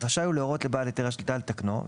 רשאי הוא להורות לבעל היתר השליטה לתקנו,